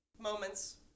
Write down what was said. moments